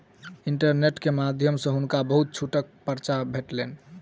internet के माध्यम सॅ हुनका बहुत छूटक पर्चा भेटलैन